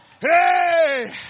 Hey